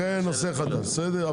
בסדר?